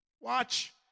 watch